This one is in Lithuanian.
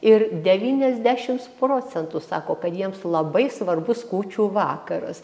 ir devyniasdešims procentų sako kad jiems labai svarbus kūčių vakaras